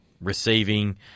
receiving